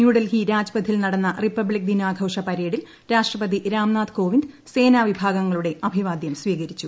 ന്യൂഡൽഹി രാജ്പഥിൽ നടന്ന റിപ്പബ്ലിക് ദിനാഘോഷ പരേഡിൽ രാഷ്ടപതി രാംനാഥ് ക്ഷേറ്പ്പിന്ദ് സേനാവിഭാഗങ്ങളുടെ അഭിവാദ്യൂർ ്സ്വീകരിച്ചു